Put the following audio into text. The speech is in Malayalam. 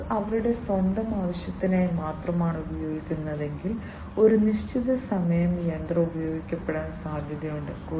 ബിസിനസ്സ് അവരുടെ സ്വന്തം ആവശ്യത്തിനായി മാത്രമാണ് ഉപയോഗിക്കുന്നതെങ്കിൽ ഒരു നിശ്ചിത സമയത്തേക്ക് യന്ത്രം ഉപയോഗിക്കപ്പെടാൻ സാധ്യതയുണ്ട്